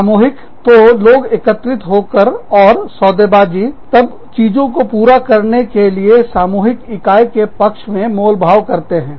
सामूहिक तो लोग एकत्रित होकर और सौदेबाजी सौदाकारी तब चीजों को को पूरा करने के लिए सामूहिक इकाई के पक्ष में मोलभाव करते हैं